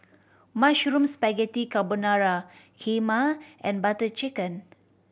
Mushroom Spaghetti Carbonara Kheema and Butter Chicken